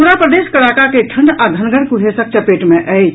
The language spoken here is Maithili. पूरा प्रदेश कड़ाका के ठंढ़ आ घनगर कुहेसक चपेट मे अछि